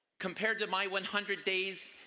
compared to my one hundred days,